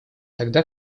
тогда